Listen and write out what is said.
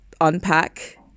unpack